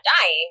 dying